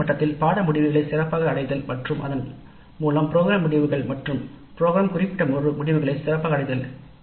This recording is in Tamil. பாடநெறி குறிக்கோள்கள் மற்றும் புரோகிரம் குறிக்கோள்கள் ஆகியவற்றை சிறந்த முறையில் அடைய உதவும்